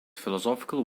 philosophical